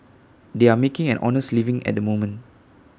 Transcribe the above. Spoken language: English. they are making an honest living at the moment